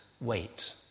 wait